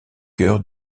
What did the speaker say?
chœur